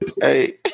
Hey